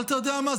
אבל אתה יודע מה?